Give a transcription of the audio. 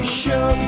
show